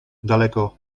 daleko